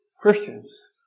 Christians